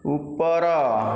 ଉପର